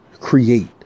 create